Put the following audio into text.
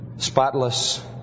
Spotless